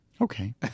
Okay